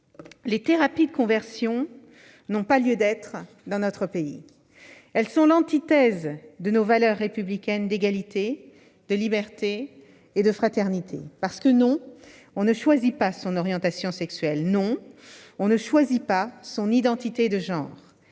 Les thérapies de conversion n'ont pas lieu d'être dans notre pays. Elles sont l'antithèse de nos valeurs républicaines d'égalité, de liberté et de fraternité. Non, on ne choisit pas son orientation sexuelle. Non, on ne choisit pas son identité de genre.